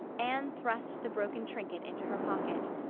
anne thrust the broken trinket into her pocket.